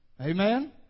Amen